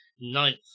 ninth